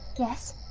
yes?